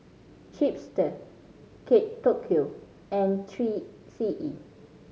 Chipster Kate Tokyo and Three C E